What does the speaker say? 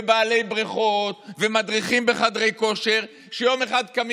בעלי בריכות ומדריכים בחדרי כושר שיום אחד קמים